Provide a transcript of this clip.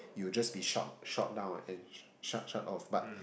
you will just be shot shot down and shut shut off but